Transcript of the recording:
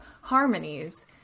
harmonies